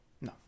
No